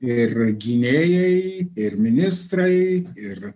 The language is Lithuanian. ir gynėjai ir ministrai ir